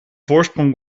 voorsprong